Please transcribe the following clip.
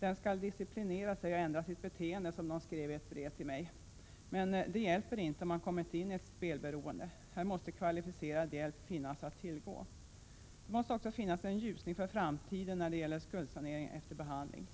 Den skall disciplinera sig och ändra sitt beteende, som någon skrev i ett brev till mig. Men det hjälper inte om man kommit in i ett spelberoende. Här måste kvalificerad hjälp finnas att tillgå. Det måste också finnas en ljusning för framtiden när det gäller skuldsanering efter behandling.